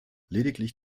lediglich